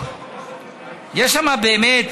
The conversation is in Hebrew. יש שם באמת,